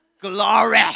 Glory